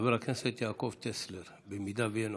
חבר הכנסת יעקב טסלר, אם יהיה נוכח.